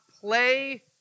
play